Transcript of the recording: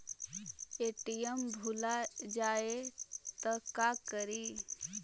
ATM भुला जाये त का करि?